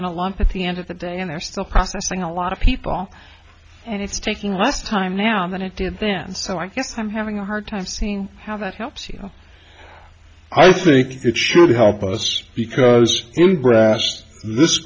law at the end of the day and they're still processing a lot of people and it's taking less time now than it did then so i guess i'm having a hard time seeing how that helps you know i think it should help us because in brass this